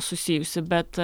susijusi bet